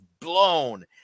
blown